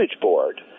board